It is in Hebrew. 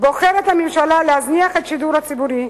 בוחרת הממשלה להזניח את השידור הציבורי,